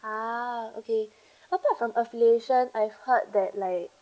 ah okay apart from affiliation I've heard that like